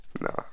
No